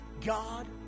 God